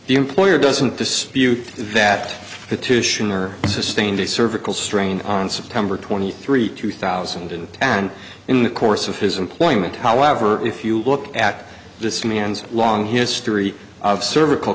the employer doesn't dispute that petitioner sustained a cervical strain on september twenty three two thousand and in the course of his employment however if you look at this man's long history of cervical